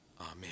Amen